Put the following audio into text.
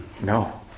No